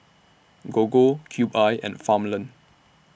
Gogo Cube I and Farmland